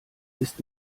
ist